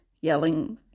yelling